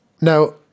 Now